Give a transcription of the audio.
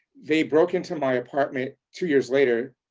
they broke into my apartment two years later,